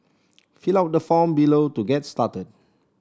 fill out the form below to get started